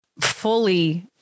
fully